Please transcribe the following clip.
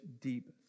deep